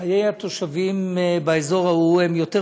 חיי התושבים באזור ההוא נתונים